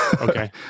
Okay